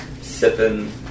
sipping